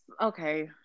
Okay